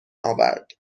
آورد